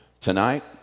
tonight